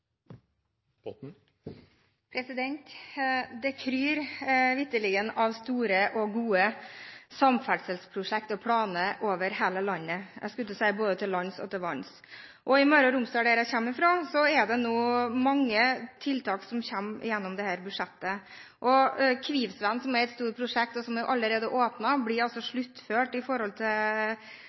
Det kryr vitterlig av store og gode samferdselsprosjekt og planer over hele landet – jeg skulle til å si – både til lands og til vanns. I Møre og Romsdal, der jeg kommer fra, er det nå mange tiltak som kommer gjennom dette budsjettet. Kvivsvegen, som er et stort prosjekt, og som allerede er åpnet, blir sluttført